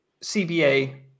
CBA